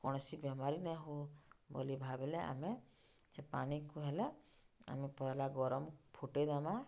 କୌଣସି ବେମାରୀ ନେ ହଉ ବୋଲି ଭାବ୍ଲେ ଆମେ ସେ ପାଣିକୁ ହେଲେ ଆମେ ପହେଲା ଗରମ୍ ଫୁଟେଇ ଦେମା